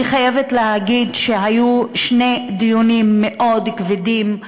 אני חייבת להגיד שהיו שני דיונים מאוד כבדים,